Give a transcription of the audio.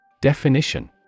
Definition